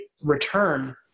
return